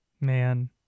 man